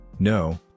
No